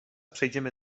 przejdziemy